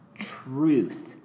truth